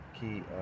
Key